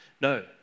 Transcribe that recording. No